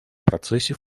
процессе